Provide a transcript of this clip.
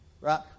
right